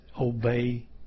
obey